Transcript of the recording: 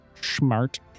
Smart